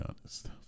honest